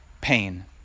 pain